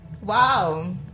Wow